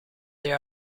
they